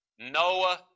Noah